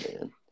man